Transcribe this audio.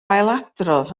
ailadrodd